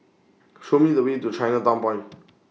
Show Me The Way to Chinatown Point